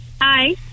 Hi